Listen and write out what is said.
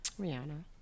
Rihanna